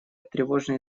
тревожные